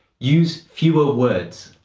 use fewer words.